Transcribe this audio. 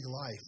life